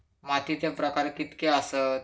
मातीचे प्रकार कितके आसत?